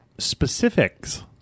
specifics